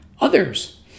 others